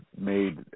made